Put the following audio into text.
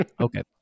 Okay